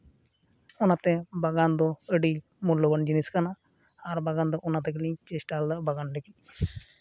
ᱚᱱᱟᱛᱮ ᱵᱟᱜᱟᱱ ᱫᱚ ᱟᱹᱰᱤ ᱢᱩᱞᱞᱚᱵᱟᱱ ᱡᱤᱱᱤᱥ ᱠᱟᱱᱟ ᱟᱨ ᱵᱟᱜᱟᱱ ᱫᱚ ᱚᱱᱟ ᱛᱮᱜᱮᱞᱤᱧ ᱪᱮᱥᱴᱟ ᱞᱮᱫᱟ ᱵᱟᱜᱟᱱ ᱞᱟᱹᱜᱤᱫ